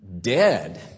dead